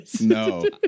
No